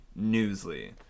newsly